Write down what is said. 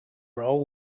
role